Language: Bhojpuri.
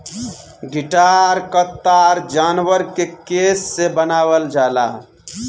गिटार क तार जानवर के केस से बनावल जाला